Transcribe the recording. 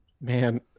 Man